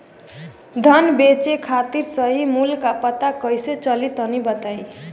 धान बेचे खातिर सही मूल्य का पता कैसे चली तनी बताई?